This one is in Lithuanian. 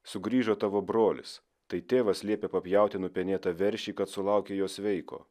sugrįžo tavo brolis tai tėvas liepė papjauti nupenėtą veršį kad sulaukė jo sveiko